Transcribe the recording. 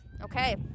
Okay